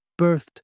birthed